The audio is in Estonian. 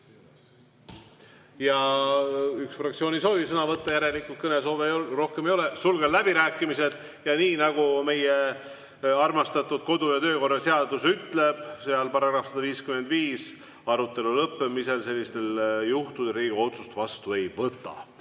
ja üks fraktsiooni ei soovi sõna võtta, järelikult kõnesoove rohkem ei ole. Sulgen läbirääkimised. Nii nagu meie armastatud kodu- ja töökorra seadus ütleb, § 155, arutelu lõppemisel sellistel juhtudel Riigikogu otsust vastu ei võta.